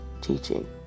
teaching